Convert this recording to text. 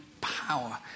power